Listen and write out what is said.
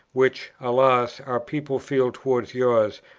which, alas, our people feel towards yours,